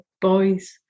boys